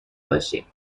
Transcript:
باشیم